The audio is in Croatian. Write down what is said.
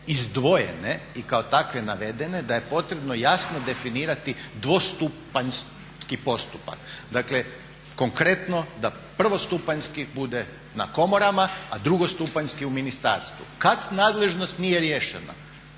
izdvojene i kao takve navedene da je potrebno jasno definirati dvostupanjski postupak. Dakle, konkretno da prvostupanjski bude na komorama, a drugostupanjski u ministarstvu kad nadležnost nije riješena.